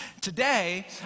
Today